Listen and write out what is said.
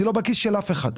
אני לא בכיס של אף אחד.